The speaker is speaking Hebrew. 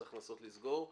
צריך לנסות לסגור.